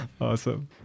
Awesome